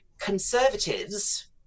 conservatives